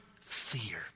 fear